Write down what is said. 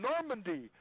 Normandy